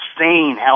insane